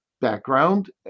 background